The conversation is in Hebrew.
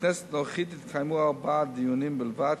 בכנסת הנוכחית התקיימו ארבעה דיונים בלבד,